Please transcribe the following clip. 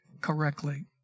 correctly